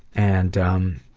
and, um,